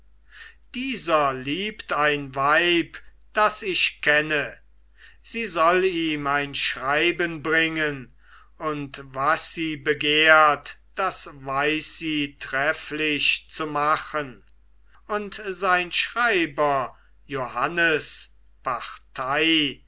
dieser liebt ein weib das ich kenne sie soll ihm ein schreiben bringen und was sie begehrt das weiß sie trefflich zu machen und sein schreiber johannes